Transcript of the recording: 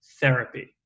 therapy